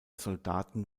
soldaten